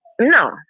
No